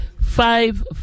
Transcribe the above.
five